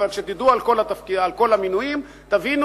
אבל כשתדעו על כל המינויים תבינו